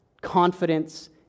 confidence